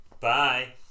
Bye